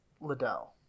Liddell